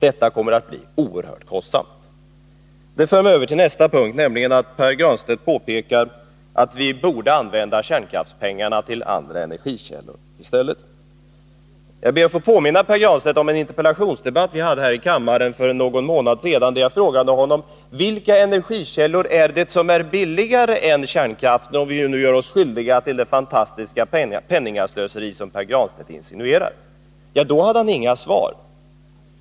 Detta kommer att bli kostsamt. Det för mig över till nästa punkt, nämligen att Pär Granstedt påpekar att vi borde använda kärnkraftspengarna till andra energikällor i stället. Jag ber att få påminna Pär Granstedt om en interpellationsdebatt vi hade här i kammaren för någon månad sedan då jag frågade honom: Vilka energikällor är det som är billigare än kärnkraften om det nu är så att vi nu gör oss skyldiga till det fantastiska penningslöseri som Pär Granstedt insinuerar? Då hade han inget svar.